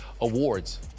awards